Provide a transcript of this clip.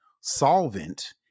solvent